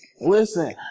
Listen